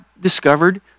discovered